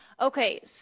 okay